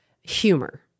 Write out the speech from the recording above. humor